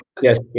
Yes